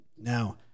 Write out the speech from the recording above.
Now